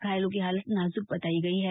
घायलों की हालत नाजुक बताई गई है